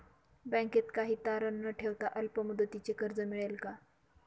बँकेत काही तारण न ठेवता अल्प मुदतीचे कर्ज मिळेल का?